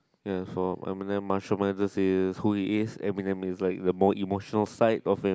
therefore Eminem is who he is Eminem is like the more emotional side of him